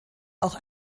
auch